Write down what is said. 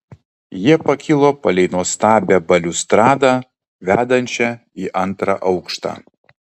jie pakilo palei nuostabią baliustradą vedančią į antrą aukštą